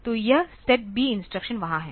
तो यह set B instruction वहां है